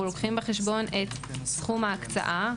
אנחנו לוקחים בחשבון את סכום ההקצאה,